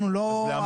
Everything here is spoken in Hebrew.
אנחנו לא,